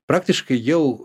praktiškai jau